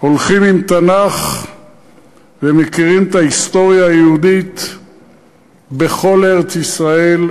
הולכים עם תנ"ך ומכירים את ההיסטוריה היהודית בכל ארץ-ישראל,